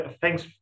thanks